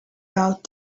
out